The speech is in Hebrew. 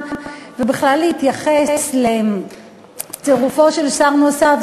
ובכלל להתייחס לצירופו של שר נוסף.